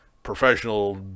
professional